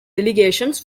delegations